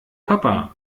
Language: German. papa